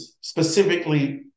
specifically